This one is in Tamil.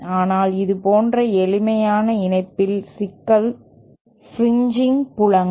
ஆனால் இதுபோன்ற எளிமையான இணைப்பின் சிக்கல் என்பது பிரின்ஜிங் புலங்கள்